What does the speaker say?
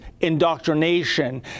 indoctrination